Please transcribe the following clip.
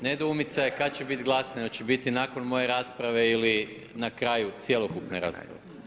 Nedoumica je kad će biti glasanje, hoće biti nakon moje rasprave ili na kraju cjelokupne rasprave.